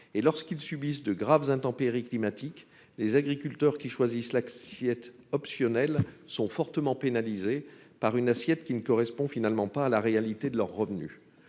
Lorsqu'ils subissent de graves intempéries climatiques, les agriculteurs qui choisissent l'assiette optionnelle sont fortement pénalisés par un calcul qui ne correspond pas à la réalité de leurs revenus.